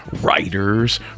writers